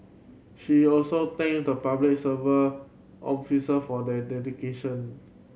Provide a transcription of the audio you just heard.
she also thanked the Public Service officer for their dedication